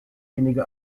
wenige